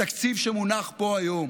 התקציב שמונח פה היום